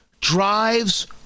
drives